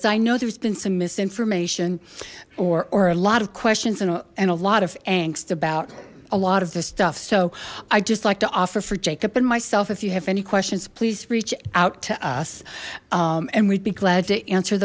is i know there's been some misinformation or a lot of questions and a lot of angst about a lot of this stuff so i just like to offer for jacob and myself if you have any questions please reach out to us and we'd be glad to answer